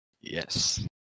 Yes